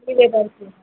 ನೀವೇ ಬರ್ತೀರಾ